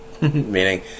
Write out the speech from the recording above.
Meaning